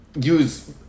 use